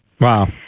Wow